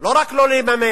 לא רק לא לממן,